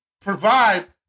provide